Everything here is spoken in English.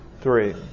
three